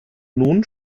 nun